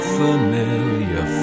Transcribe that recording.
familiar